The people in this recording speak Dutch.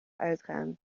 uitgaan